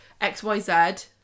xyz